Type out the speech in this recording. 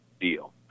deal